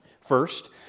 First